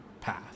path